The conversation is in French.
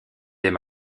aime